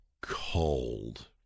cold